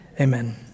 Amen